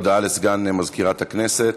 הודעה לסגן מזכירת הכנסת.